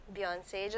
Beyonce